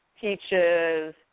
peaches